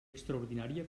extraordinària